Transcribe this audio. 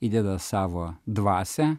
įdeda savo dvasią